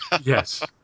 Yes